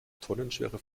tonnenschwere